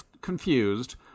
confused